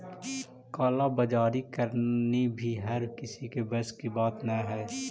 काला बाजारी करनी भी हर किसी के बस की बात न हई